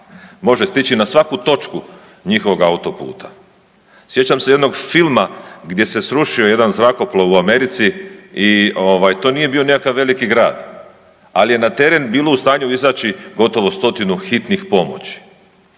može stići na svaku točku njihovog autoputa. Sjećam se jednog filma gdje se srušio jedan zrakoplov u Americi i to nije bio nikakav veliki grad, ali je na teren bilo u stanju izaći gotovo 100-tinu hitnih pomoći.